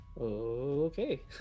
Okay